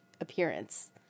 appearance